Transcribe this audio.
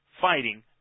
fighting